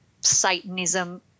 Satanism